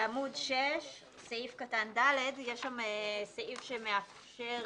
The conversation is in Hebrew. בעמוד 6 סעיף קטן (ד) יש סעיף שמאפשר